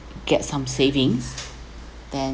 get some savings then